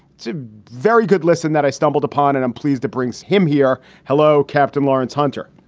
it's a very good lesson that i stumbled upon and i'm pleased to bring him here. hello, captain lawrence hunter.